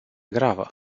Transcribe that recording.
gravă